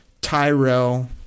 Tyrell